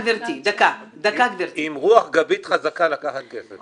עם רוח גבית חזקה לקחת כסף.